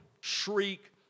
shriek